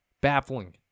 Baffling